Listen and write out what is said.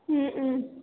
ம் ம்